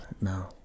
no